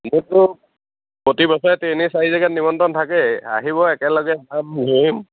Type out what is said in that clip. মোৰটো প্ৰতিবছৰে তিনি চাৰি জেগাত নিমন্ত্ৰণ থাকে আহিব একেলগে যাম ধূৰিম